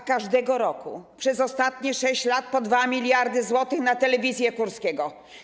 A każdego roku przez ostatnie 6 lat - po 2 mld zł na telewizję Kurskiego.